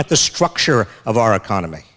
at the structure of our economy